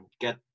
get